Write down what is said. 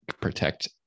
protect